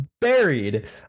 buried